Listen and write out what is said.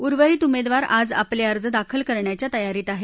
उर्वरित उमेदवार आज आपले अर्ज दाखल करण्याच्या तयारीत आहेत